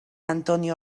antonio